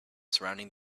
surrounding